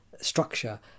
structure